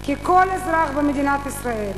כי כל אזרח במדינת ישראל